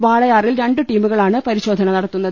വാളയാറിൽ രണ്ടു ടീമുകളാണ് പരിശോധന നടത്തുന്നത്